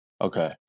Okay